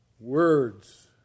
Words